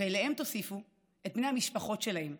ואליהם תוסיפו את בני המשפחות שלהם,